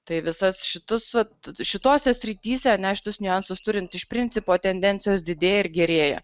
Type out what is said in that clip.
tai visas šitus šitose srityse ne šitus niuansus turint iš principo tendencijos didėja ir gerėja